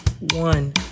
one